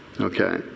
Okay